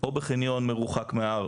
או בחניון מרוחק מהר,